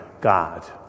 God